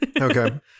Okay